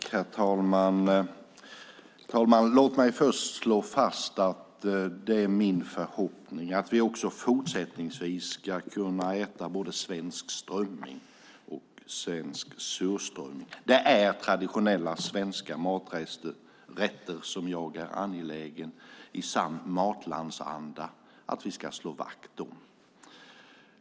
Herr talman! Låt mig först slå fast att det är min förhoppning att vi också fortsättningsvis ska kunna äta både svensk strömming och svensk surströmming. Det är traditionella svenska maträtter som jag är angelägen om att vi i sann matlandsanda ska slå vakt om.